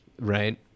Right